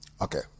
Okay